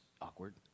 awkward